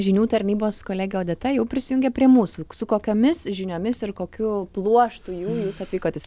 žinių tarnybos kolegė odeta jau prisijungė prie mūsų ksu kokiomis žiniomis ir kokiu pluoštu jų jūs atvykot įs